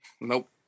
Nope